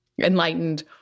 enlightened